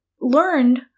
learned